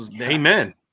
Amen